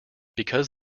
because